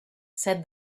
said